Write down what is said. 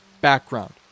background